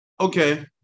okay